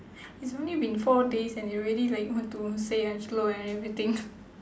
it's only been four days and they already like want to say I'm slow and everything